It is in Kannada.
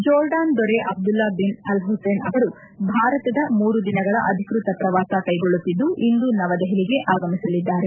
ಜೋರ್ಡಾನ್ ದೊರೆ ಅಬ್ಲುಲ್ಡಾ ಬಿನ್ ಅಲ್ ಹುಸೇನ್ ಅವರು ಭಾರತದ ಮೂರು ದಿನಗಳ ಅಧಿಕ್ವತ ಪ್ರವಾಸ ಕೈಗೊಳ್ಳುತ್ತಿದ್ದು ಇಂದು ನವದೆಹಲಿಗೆ ಆಗಮಿಸಲಿದ್ದಾರೆ